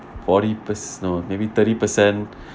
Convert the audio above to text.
forty perc~ no maybe thirty percent